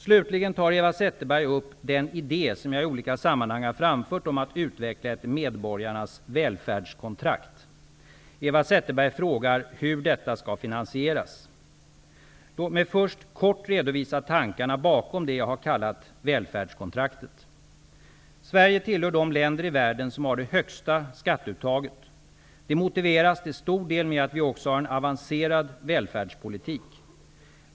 Slutligen tar Eva Zetterberg upp den idé som jag i olika sammanhang har framfört om att utveckla ett medborgarnas välfärdskontrakt. Eva Zetterberg frågar hur detta skall finansieras. Låt mig först kortfattat redovisa tankarna bakom det jag har kallat välfärdskontraktet. Sverige tillhör de länder i världen som har det högsta skatteuttaget. Det motiveras till stor del med att vi också har en avancerad välfärdspolitik.